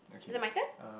is it my turn